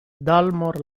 dalmor